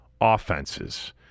offenses